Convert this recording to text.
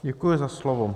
Děkuji za slovo.